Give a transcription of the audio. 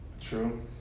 True